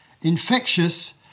infectious